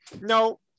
no